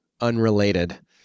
unrelated